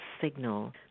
signal